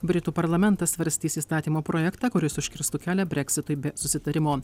britų parlamentas svarstys įstatymo projektą kuris užkirstų kelią breksitui be susitarimo